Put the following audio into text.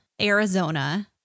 Arizona